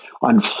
on